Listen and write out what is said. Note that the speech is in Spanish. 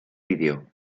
video